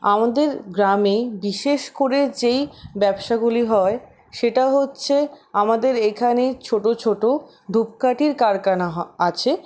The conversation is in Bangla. আমাদের গ্রামে বিশেষ করে যেই ব্যবসাগুলি হয় সেটা হচ্ছে আমাদের এখানে ছোটো ছোটো ধুপকাঠির কারখানা আছে